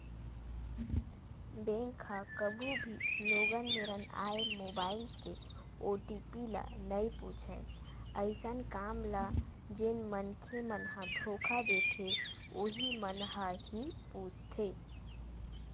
bank ह कभू भी लोगन मेरन आए मोबाईल के ओ.टी.पी ल नइ पूछय अइसन काम ल जेन मनखे मन ह धोखा देथे उहीं मन ह ही पूछथे